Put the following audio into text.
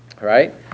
right